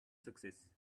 success